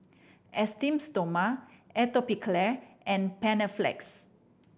Esteem Stoma Atopiclair and Panaflex